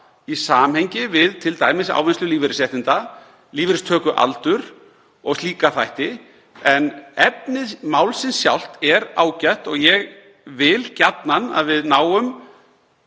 í samhengi við t.d. ávinnslu lífeyrisréttinda, lífeyristökualdur og slíka þætti. Efni málsins sjálft er ágætt og ég vil gjarnan að við náum